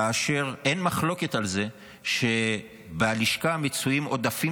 כאשר אין מחלוקת על זה שבלשכה מצויים עודפים